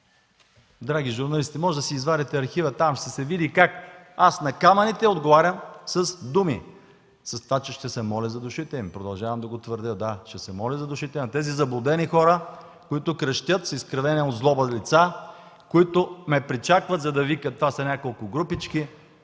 драги журналисти, можете да си извадите архива. Там ще се види как аз на камъните, отговарям с думи, с това, че ще се моля за душите им. Продължавам да го твърдя – да, ще се моля за душите на тези заблудени хора, които крещят с изкривени от злоба лица, които ме причакват, за да викат. Това са няколко групички